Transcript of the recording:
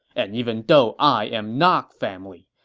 and even though i am not family,